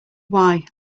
why